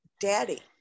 Daddy